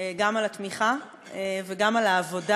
גם על התמיכה וגם על העבודה.